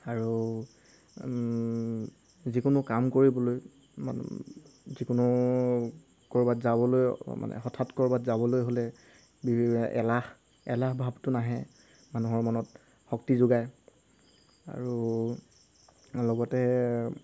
আৰু যিকোনো কাম কৰিবলৈ মানে যিকোনো ক'ৰবাত যাবলৈ মানে হঠাৎ ক'ৰবাত যাবলৈ হ'লে এলাহ এলাহ ভাৱটো নাহে মানুহৰ মনত শক্তি যোগায় আৰু লগতে